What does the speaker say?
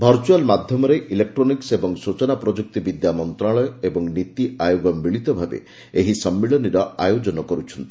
virtual ମାଧ୍ୟମରେ electronics ଏବଂ ସୂଚନା ପ୍ରଯୁକ୍ତି ବିଦ୍ୟା ମନ୍ତ୍ରଣାଳୟ ଓ ନୀତି ଆୟୋଗ ମିଳିତ ଭାବେ ଏହି ସମ୍ମିଳନୀର ଆୟୋଜନ କରୁଛନ୍ତି